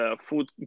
food